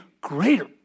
greater